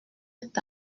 est